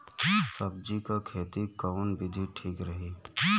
सब्जी क खेती कऊन विधि ठीक रही?